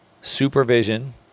supervision